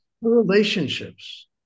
Relationships